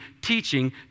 teaching